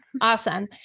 Awesome